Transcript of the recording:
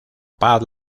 paz